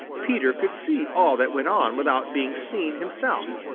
peter could see all that went on without being seen himself,